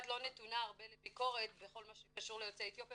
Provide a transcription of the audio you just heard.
לא נתונה הרבה לביקורת בכל מה שקשור ליוצאי אתיופיה,